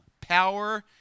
Power